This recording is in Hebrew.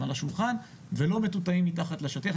על השולחן ולא נושאים שמטוטאים מתחת לשטיח.